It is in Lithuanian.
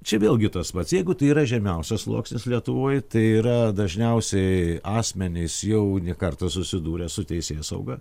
čia vėlgi tas pats jeigu tai yra žemiausias sluoksnis lietuvoj tai yra dažniausiai asmenys jau ne kartą susidūrę su teisėsauga